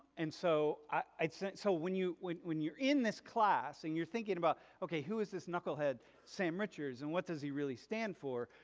and so i said so when you, when when you're in this class and you're thinking about okay who is this knucklehead sam richards and what does he really stand for?